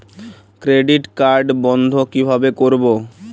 Credit card বন্ধ কিভাবে করবো?